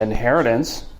inheritance